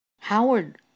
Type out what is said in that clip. Howard